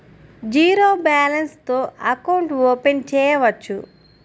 Zero balance తో account open చేయవచ్చు?